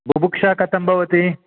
बुभुक्षा कथं भवति